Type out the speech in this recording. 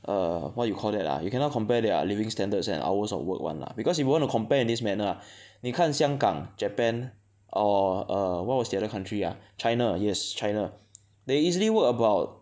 err what you call that ah you cannot compare their living standards and hours of work [one] lah because you wanna compare in this manner ah 你看香港 Japan or err what was the other country ah China yes China they easily work about